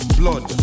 blood